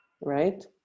Right